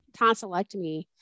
tonsillectomy